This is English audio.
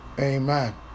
Amen